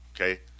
okay